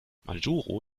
majuro